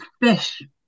fish